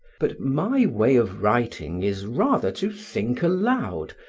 but my way of writing is rather to think aloud,